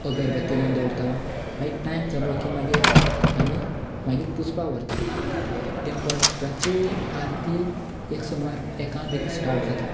अगरबत्ती लायन दवरता मागी टायम जालो की मागीर आमी मागीर पुजपा व्हरता देनपराची आरती एक सुमार एका बीन स्टार्ट जाता